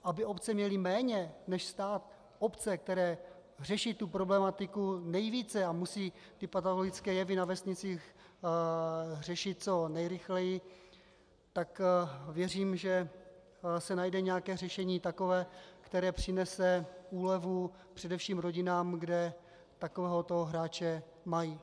Aby obce měly méně než stát, obce, které řeší tu problematiku nejvíce a musí ty patologické jevy na vesnicích řešit co nejrychleji, tak věřím, že se najde takové řešení, které přinese úlevu především rodinám, kde takového hráče mají.